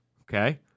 Okay